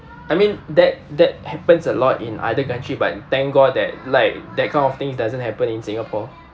I mean that that happens a lot in other country but thank god that like that kind of thing doesn't happen in singapore